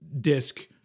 disc